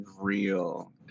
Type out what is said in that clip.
real